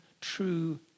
true